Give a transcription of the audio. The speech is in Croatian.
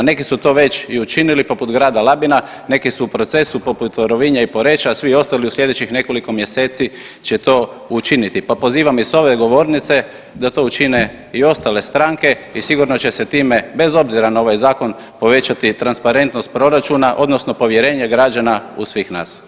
Neki su to već i učinili poput grada Labina, neki su u procesu, poput Rovinja i Poreča, svi ostali u sljedećih nekoliko mjeseci će to učiniti pa pozivam i s ove govornice da to učine i ostale stranke i sigurno će se time, bez obzira na ovaj Zakon, povećati transparentnost proračuna, odnosno povjerenje građana u svih nas.